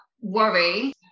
worry